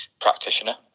practitioner